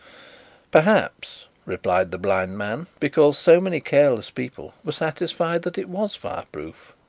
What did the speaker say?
perhaps, replied the blind man, because so many careless people were satisfied that it was fireproof.